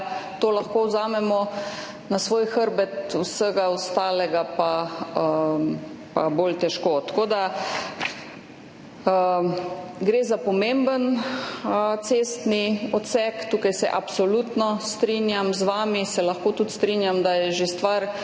lahko vzamemo na svoj hrbet, vse ostalo pa bolj težko. Gre za pomemben cestni odsek, tukaj se absolutno strinjam z vami. Lahko se tudi strinjam, da je bila stvar